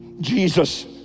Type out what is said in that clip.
Jesus